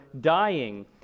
dying